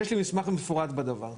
יש לי מסמך מפורט בדבר.